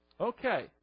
Okay